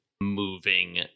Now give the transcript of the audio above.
moving